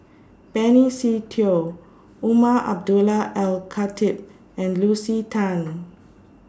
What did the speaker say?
Benny Se Teo Umar Abdullah Al Khatib and Lucy Tan